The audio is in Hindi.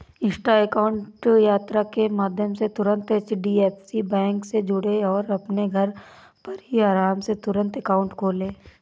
इंस्टा अकाउंट यात्रा के माध्यम से तुरंत एच.डी.एफ.सी बैंक से जुड़ें और अपने घर पर ही आराम से तुरंत अकाउंट खोले